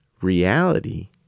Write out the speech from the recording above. reality